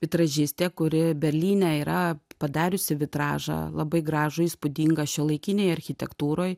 vitražistė kuri berlyne yra padariusi vitražą labai gražų įspūdingą šiuolaikinėj architektūroj